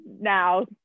now